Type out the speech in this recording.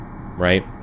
Right